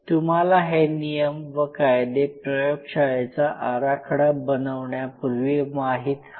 तुम्हाला हे नियम व कायदे प्रयोगशाळेचा आराखडा बनवण्यापूर्वी माहीत हवे